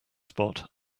spot